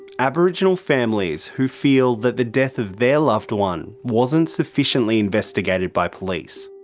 aboriginal families who feel that the death of their loved one wasn't sufficiently investigated by police.